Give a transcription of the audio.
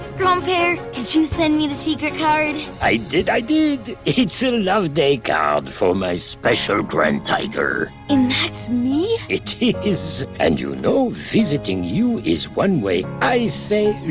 grandpere, did you send me the secret card? i did, i did! it's a love day card for my special grand-tiger. and that's me? it is! and you know, visiting you is one way i say